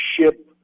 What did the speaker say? ship